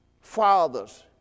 Fathers